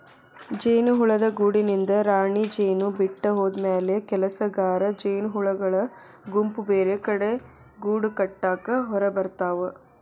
ಜೇನುಹುಳದ ಗೂಡಿನಿಂದ ರಾಣಿಜೇನು ಬಿಟ್ಟ ಹೋದಮ್ಯಾಲೆ ಕೆಲಸಗಾರ ಜೇನಹುಳಗಳ ಗುಂಪು ಬೇರೆಕಡೆ ಗೂಡಕಟ್ಟಾಕ ಹೊರಗಬರ್ತಾವ